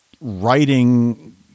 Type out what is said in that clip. writing